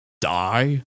die